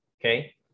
okay